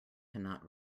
cannot